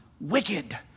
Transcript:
wicked